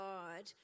God